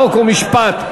חוק ומשפט.